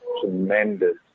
Tremendous